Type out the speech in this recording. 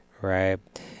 Right